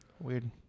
weird